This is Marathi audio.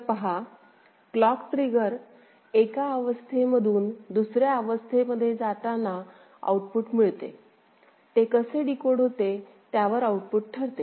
तर पहा क्लॉक ट्रिगर एका अवस्थे मधून दुसऱ्या अवस्थे मध्ये जातांना आउटपुट मिळते ते कसे डिकोड होते त्यावर आउटपुट ठरते